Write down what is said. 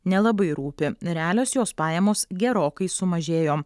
nelabai rūpi realios jos pajamos gerokai sumažėjo